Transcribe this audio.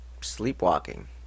sleepwalking